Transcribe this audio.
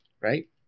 Right